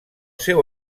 seu